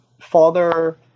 father